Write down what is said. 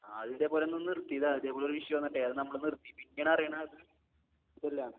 ആ അതും ഇതേപോലെ ഒന്ന് നിർത്തിയതാണ് ഇതേപോലെ ഒരു ഇഷ്യൂ വന്നിട്ടേ അത് നമ്മൾ നിർത്തി പിന്നെയാണ് അറിയുന്നത് ഇതല്ല എന്ന്